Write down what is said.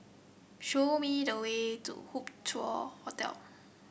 show me the way to Hup Chow Hotel